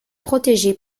protégée